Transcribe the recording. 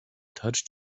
touched